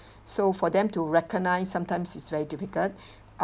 so for them to recognise sometimes it's very difficult uh